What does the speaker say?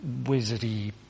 wizardy